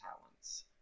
talents